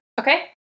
Okay